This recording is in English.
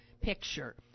picture